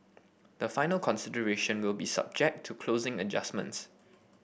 the final consideration will be subject to closing adjustments